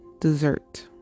dessert